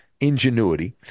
Ingenuity